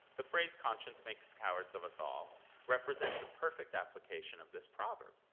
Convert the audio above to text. the phrase conscience makes cowards of us all represents a perfect application of this proverb.